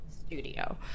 studio